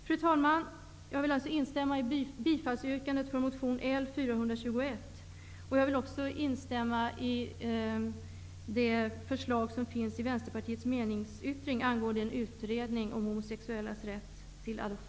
Fru talman! Jag vill instämma i yrkandet om bifall till motion L421. Jag instämmer också i förslaget i